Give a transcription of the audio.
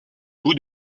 bouts